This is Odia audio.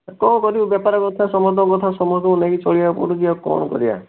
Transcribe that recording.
କ'ଣ କରିବୁ ବେପାର କଥା ସମସ୍ତଙ୍କ କଥା ସମସ୍ତଙ୍କୁ ନେଇ ଚଳିବାକୁ ପଡ଼ୁଛି ଆଉ କ'ଣ କରିବା